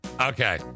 Okay